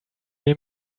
hear